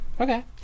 Okay